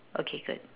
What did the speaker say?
okay good